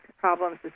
problems